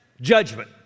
judgment